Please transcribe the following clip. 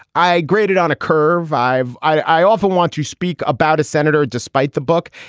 i graded on a curve, vive. i often want to speak about a senator despite the book.